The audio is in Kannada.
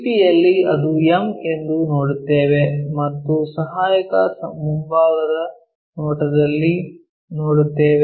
P ಯಲ್ಲಿ ಅದು m ಎಂದು ನೋಡುತ್ತೇವೆ ಮತ್ತು ಸಹಾಯಕ ಮುಂಭಾಗದ ನೋಟದಲ್ಲಿ ನೋಡುತ್ತೇವೆ